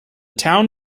town